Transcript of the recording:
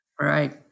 Right